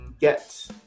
get